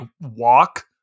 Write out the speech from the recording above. walk